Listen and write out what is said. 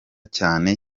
cyane